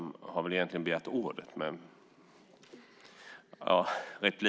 Slutligen yrkar jag bifall till reservation 2.